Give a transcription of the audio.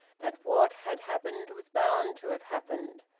that what had happened was bound to have happened.